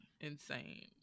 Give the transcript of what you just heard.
insane